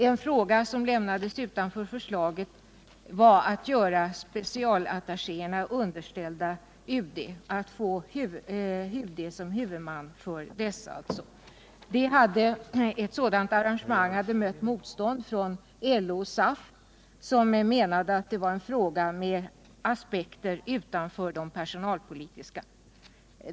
En fråga som lämnades utanför förslaget var att göra specialattachéerna underställda UD, alltså att få UD som huvudman för dessa. Ett sådant arrangemang hade mött motstånd från LO och SAF som menade att det var en fråga med aspekter utanför de personalpolitiska.